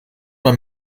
man